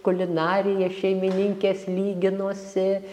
kulinarija šeimininkės lyginosi